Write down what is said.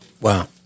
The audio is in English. Wow